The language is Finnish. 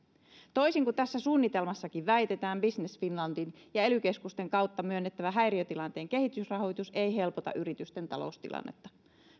toisin kuin tässä suunnitelmassakin väitetään business finlandin ja ely keskusten kautta myönnettävä häiriötilanteen kehitysrahoitus ei helpota yritysten taloustilannetta